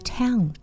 town